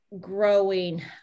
growing